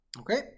Okay